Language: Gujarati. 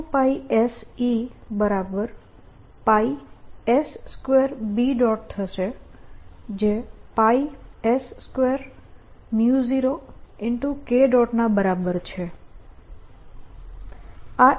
તેથી 2πsEs2B થશે જે s20K ના બરાબર છે